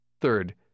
Third